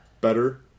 better